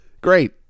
great